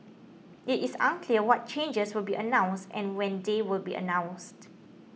it is unclear what changes will be announced and when they will be announced